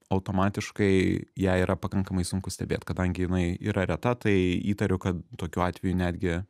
automatiškai ją yra pakankamai sunku stebėt kadangi jinai yra reta tai įtariu kad tokiu atveju netgi